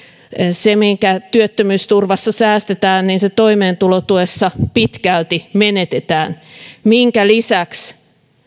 se mikä työttömyysturvassa säästetään se toimeentulotuessa pitkälti menetetään minkä lisäksi